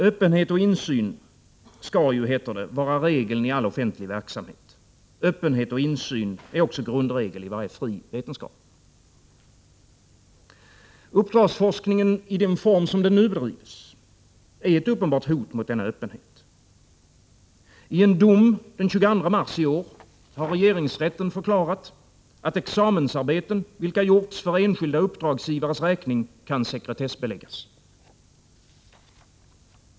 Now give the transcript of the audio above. Öppenhet och insyn skall ju, heter det, vara regel i all offentlig verksamhet, öppenhet och insyn är också grundregel i varje fri vetenskap. Uppdragsforskningen i den form som den nu bedrivs är ett uppenbart hot mot denna öppenhet. I en dom den 22 mars i år har regeringsrätten förklarat att examensarbeten, vilka gjorts för enskilda uppdragsgivares räkning, kan sekretessbeläggas.